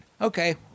Okay